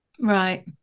Right